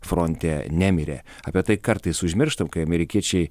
fronte nemirė apie tai kartais užmirštam kai amerikiečiai